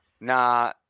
Nah